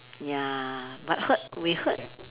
ya but heard we heard